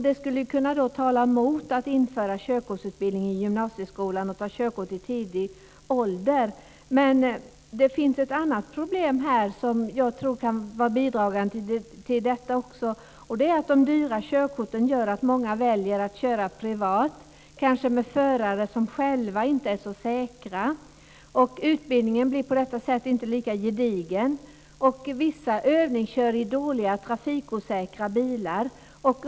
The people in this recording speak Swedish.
Det skulle kunna tala emot ett införande av körkortsutbildning i gymnasieskolan och att man ska ta körkort i tidig ålder. Men det finns ett annat problem som kan vara bidragande, och det är att de dyra körkorten gör att många väljer att köra privat, kanske med förare som själva inte är så säkra. På detta sätt blir utbildningen inte lika gedigen. Vissa övningskör i trafikfarliga bilar.